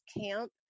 camp